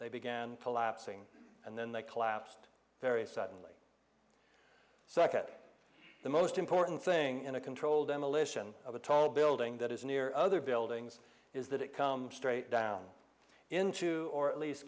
they began collapsing and then they collapsed very suddenly second the most important thing in a controlled demolition of a tall building that is near other buildings is that it comes straight down into or at least